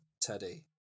Teddy